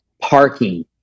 parking